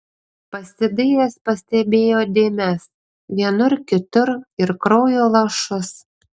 pasidairęs pastebėjo dėmes vienur kitur ir kraujo lašus